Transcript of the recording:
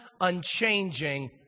unchanging